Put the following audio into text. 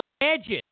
imagine